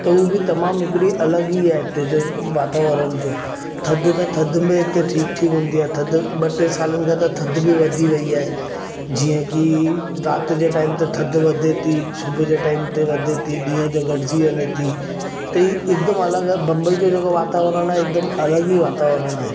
त हू बि तमामु हिकड़ी अलॻि ई आहे हिते जो वातावरण जो थधि त थधि में हिते ठीकु ठीकु हूंदी आहे थधि ॿ टे सालनि खां त थधि बि वधी वई आहे जीअं कि राति जे टाइम ते थधि वधे थी सुबुह जे टाइम ते वधे थी ॾींहं जो घटि जी वञे थी त हीअ हिकदमि अलॻि आहे बंबई जो जेको वातावरण आहे हिकदमि अलॻि ई वातावरण आहे